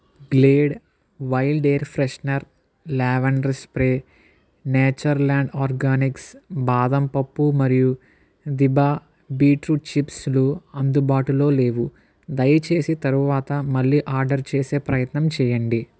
Glade wild air freshener lavender spray Nature Land Organics బాదం పప్పు మరియు దిభా బీట్రూట్ చిప్స్లు అందుబాటులో లేవు దయచేసి తరువాత మళ్ళీ ఆర్డర్ చేసే ప్రయత్నం చేయండి